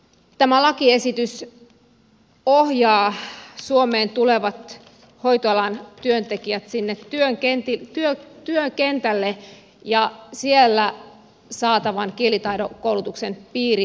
tämä lakiesitys ohjaa suomeen tulevat hoitoalan työntekijät sinne työkentälle ja siellä saatavan kielitaitokoulutuksen piiriin